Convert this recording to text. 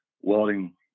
welding